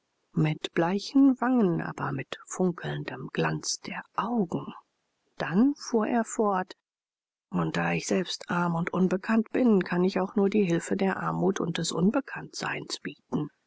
mit bleichen wangen aber mit funkelndem glanz der augen dann fuhr er fort und da ich selbst arm und unbekannt bin kann ich auch nur die hilfe der armut und des unbekanntseins bieten